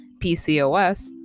PCOS